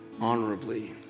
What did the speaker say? honorably